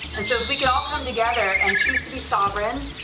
and so we can all come together and choose to be sovereign,